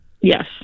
Yes